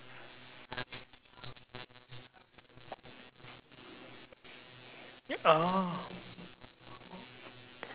oh